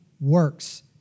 works